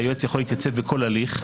שהיועץ יכול להתייצב בכל הליך,